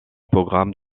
programme